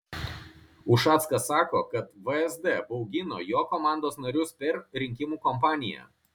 ušackas sako kad vsd baugino jo komandos narius per rinkimų kampaniją